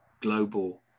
global